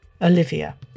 Olivia